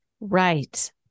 Right